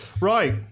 Right